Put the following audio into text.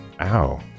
Ow